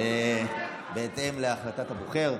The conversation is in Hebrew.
בהתאם להחלטת הבוחר.